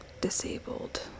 disabled